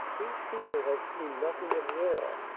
these people have seen nothing of war.